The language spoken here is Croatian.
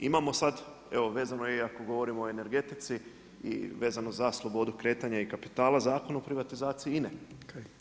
Imamo sad, evo vezano je iako govorimo o energetici i vezano za slobodu kretanja i kapitala Zakon o privatizaciji INA-e.